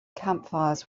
campfires